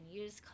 use